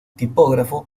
tipógrafo